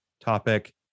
topic